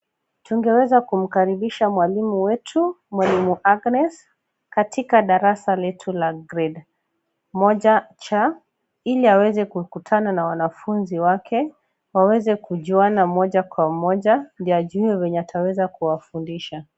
Tungeweza kumkaribisha mwalimu wetu mwalimu Agnes katika darasa letu la gredi moja C, ili aweze kukutana na wanafunzi wake waweze kujuana moja kwa moja ndio ajue vyenye ataweza kuwafundisha.